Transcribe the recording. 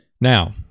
Now